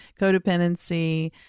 codependency